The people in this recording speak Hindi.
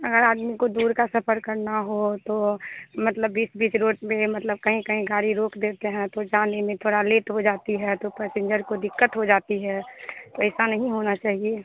अगर आदमी को दूर का सफर करना हो तो मतलब बीच बीच रोड पर मतलब कहीं कहीं गाड़ी रोक देते हैं तो जाने में थोड़ा लेट हो जाती है तो पैसेंजर को दिक्कत हो जाती है तो ऐसा नहीं होना चाहिए